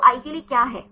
तो i के लिए क्या है